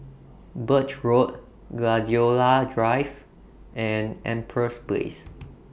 Birch Road Gladiola Drive and Empress Place